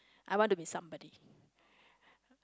I want to be somebody